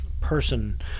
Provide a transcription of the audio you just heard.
person